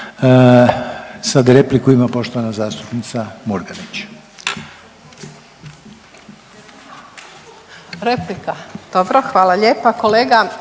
Sad repliku ima poštovana zastupnica Murganić.